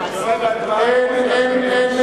חבר הכנסת אורון,